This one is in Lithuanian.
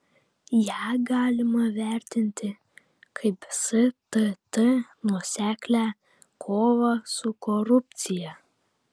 ją galima vertinti kaip stt nuoseklią kovą su korupcija